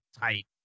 tight